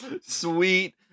Sweet